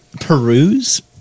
Peruse